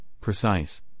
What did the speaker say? precise